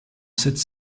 cette